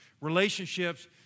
Relationships